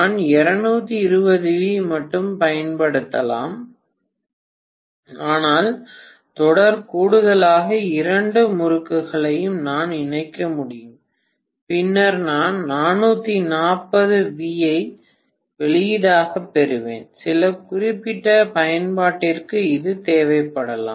நான் 220 வி மட்டுமே பயன்படுத்தலாம் ஆனால் தொடர் கூடுதலாக இரண்டு முறுக்குகளையும் நான் இணைக்க முடியும் பின்னர் நான் 440 V ஐ வெளியீடாகப் பெறுவேன் சில குறிப்பிட்ட பயன்பாட்டிற்கு இது தேவைப்படலாம்